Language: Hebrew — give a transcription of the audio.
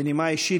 בנימה אישית,